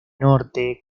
norte